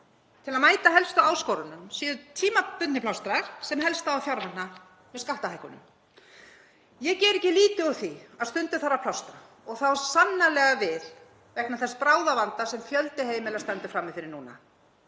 til að mæta helstu áskorunum séu tímabundnir plástrar sem helst á að fjármagna með skattahækkunum. Ég geri ekki lítið úr því að stundum þarf að plástra og það á sannarlega við vegna þess bráðavanda sem fjöldi heimila stendur frammi fyrir núna.